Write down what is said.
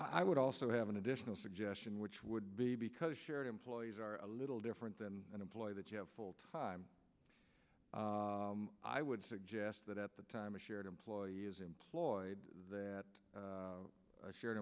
i would also have an additional suggestion which would be because shared employees are a little different than an employee that you have full time i would suggest that at the time a shared employee is employed that